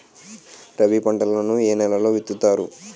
రబీ పంటలను ఏ నెలలో విత్తుతారు?